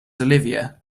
olivia